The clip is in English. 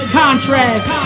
contrast